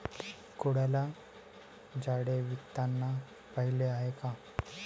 कोळ्याला जाळे विणताना पाहिले आहे का?